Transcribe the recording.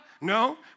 No